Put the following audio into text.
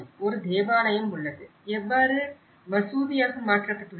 ஒரு தேவாலயம் எவ்வாறு மசூதியாக மாற்றப்பட்டது